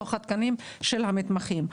מתוך התקנים של המתמחים?